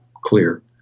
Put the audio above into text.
clear